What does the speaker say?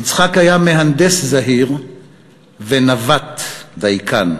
יצחק היה מהנדס זהיר ונווט דייקן.